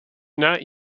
not